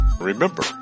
remember